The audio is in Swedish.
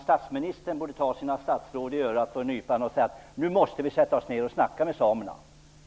Statsministern borde ta sina statsråd i örat och säga att man måste sätta sig ner och tala med samerna.